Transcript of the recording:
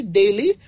daily